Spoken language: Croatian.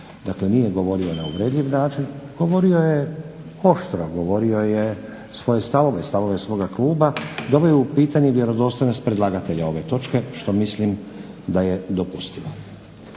Dakle nije govorio na uvredljiv način, govorio je oštro, govorio je svoje stavove, stavove svoga kluba i doveo u pitanje vjerodostojnost predlagatelja ove točke što mislim da je dopustivo.